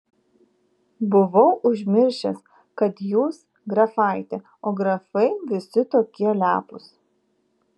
buvau užmiršęs kad jūs grafaitė o grafai visi tokie lepūs